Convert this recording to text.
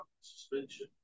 Suspension